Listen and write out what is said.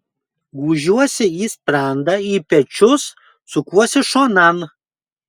gūžiuosi į sprandą į pečius sukuosi šonan